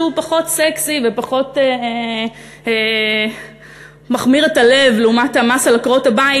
שהוא פחות סקסי ופחות מכמיר את הלב לעומת המס על עקרות-הבית,